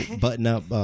button-up